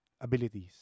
abilities